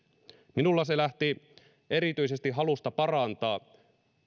minulla se lähti erityisesti halusta parantaa